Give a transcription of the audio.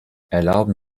erlauben